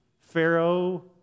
Pharaoh